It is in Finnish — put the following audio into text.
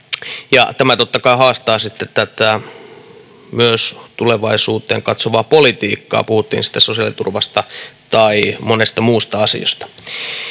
tämä totta kai haastaa sitten myös tätä tulevaisuuteen katsovaa politiikkaa, puhuttiin sitten sosiaaliturvasta tai monesta muusta asiasta.